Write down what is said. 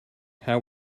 how